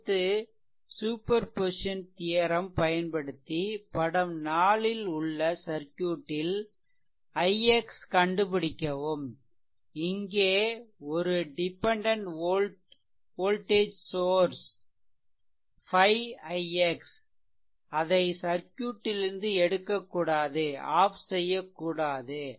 அடுத்து superposition theorem பயன்படுத்தி படம் 4 ல் உள்ள சர்க்யூட் ல் ix கண்டுபிடிக்கவும் இங்கே ஒரு டிபெண்டென்ட் வோல்டேஜ் சோர்ஸ் 5 ix அதை சர்க்யூட்டிலிருந்து எடுக்கக்கூடாது ஆஃப் செய்யக்கூடாது